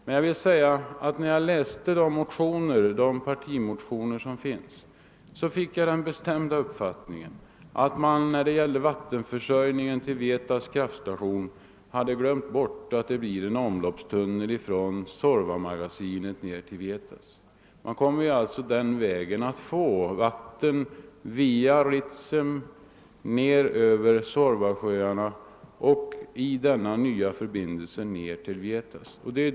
Men jag vill säga att jag när jag läste de partimotioner som väckts fick den bestämda uppfattningen att motionärerna då det gällde vattenförsörjningen till Vietas kraftstation hade glömt bort, att det blir en omloppstunnel ifrån Suorvamagasinet ned till Vietas. Man kommer alltså att den vägen få vatten via Ritsem ner över Suorvasjöarna och i denna nya förbindelse ned till Vietas.